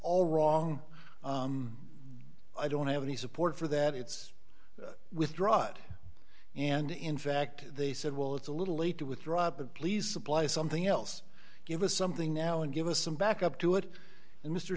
all wrong i don't have any support for that it's withdraw it and in fact they said well it's a little late to withdraw but please supply something else give us something now and give us some back up to it and mr